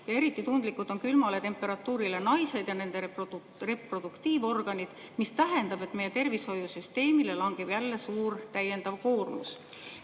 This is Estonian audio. Eriti tundlikud on külma temperatuuri suhtes naised ja nende reproduktiivorganid, mis tähendab, et meie tervishoiusüsteemile langeb jälle suur täiendav koormus.